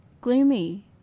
gloomy